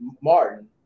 Martin